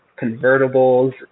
convertibles